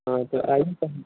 हाँ तो आइए पहले